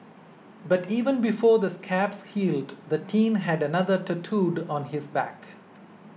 but even before the scabs healed the teen had another tattooed on his back